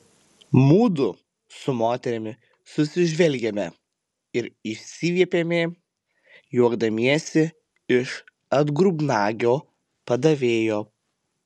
mudu su moterimi susižvelgėme ir išsiviepėme juokdamiesi iš atgrubnagio padavėjo